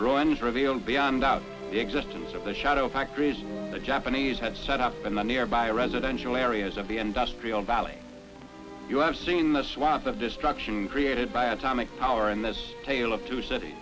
rowan's revealed beyond doubt the existence of the shadow factories the japanese had set up in the nearby residential areas of the industrial valley you have seen the swath of destruction created by atomic power in this tale of two cities